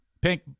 pink